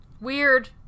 weird